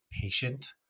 patient